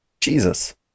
Jesus